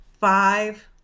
five